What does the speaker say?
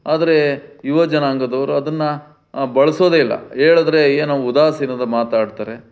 ಆದರೆ ಯುವಜನಾಂಗದವರು ಅದನ್ನು ಬಳಸೋದೇ ಇಲ್ಲ ಹೇಳಿದರೆ ಏನೋ ಉದಾಸೀನದ ಮಾತಾಡ್ತಾರೆ